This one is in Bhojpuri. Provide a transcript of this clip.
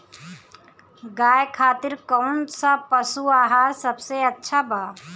गाय खातिर कउन सा पशु आहार सबसे अच्छा बा?